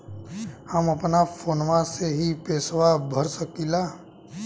हम अपना फोनवा से ही पेसवा भर सकी ला?